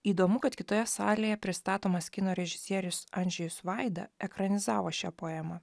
įdomu kad kitoje salėje pristatomas kino režisierius andžejus vaida ekranizavo šią poemą